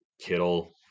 Kittle